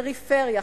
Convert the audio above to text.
פריפריה,